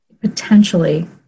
potentially